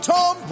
Tom